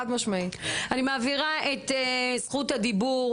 אני מעבירה את זכות הדיבור